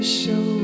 show